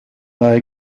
bei